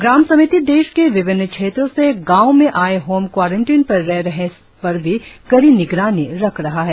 ग्राम समिति देश के विभिन्न क्षेत्रों से गांव में आए होम क्वारंटिन पर रह लोगों पर भी कड़ी निगरानी रख रहा है